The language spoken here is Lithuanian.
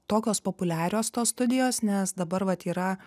tokios populiarios tos studijos nes dabar vat yra